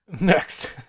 Next